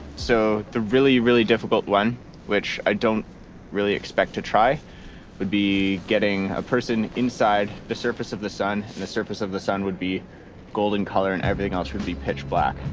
so the really, really difficult one which i don't really expect to try would be getting a person inside the surface of the sun, and the surface of the sun would be golden color and everything else would be pitch black.